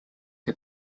who